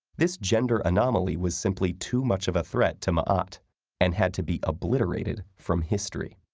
this gender anomaly was simply too much of a threat to maat and had to be obliterated from history.